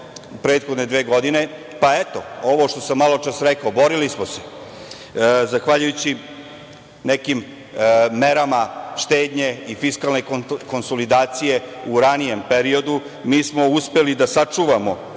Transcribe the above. prethodne dve godine? Pa eto, ovo što sam maločas rekao, borili smo se. Zahvaljujući nekim merama štednje i fiskalne konsolidacije u ranijem periodu mi smo uspeli da sačuvamo